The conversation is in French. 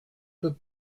peut